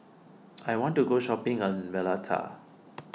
I want to go shopping a Valletta